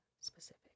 specific